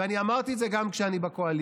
ואני אמרתי את זה גם כשאני הייתי בקואליציה.